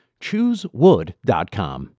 Choosewood.com